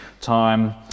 time